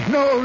no